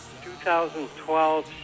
2012